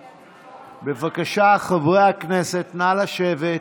בבקשה, חברי הכנסת, נא לשבת.